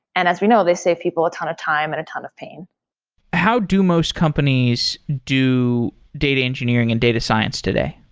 and as we know, they save people a ton of time and a ton of pain how do most companies do data engineering and data science today?